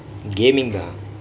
gamingk lah